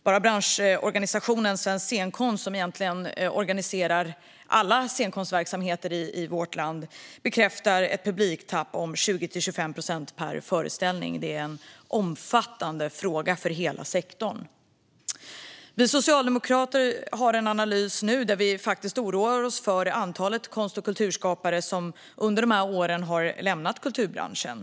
Branschorganisationen Svensk Scenkonst, som organiserar alla scenkonstverksamheter i vårt land, bekräftar ett publiktapp om 20-25 procent per föreställning. Detta är en omfattande fråga för hela sektorn. Vi socialdemokrater har nu en analys där vi oroar oss över antalet konst och kulturskapare som under dessa år har lämnat kulturbranschen.